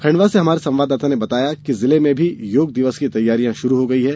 खण्डवा से हमारे संवाददाता ने बताया है कि जिले में भी योग दिवस की तैयारियां शुरू हो गई हैं